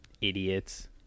idiots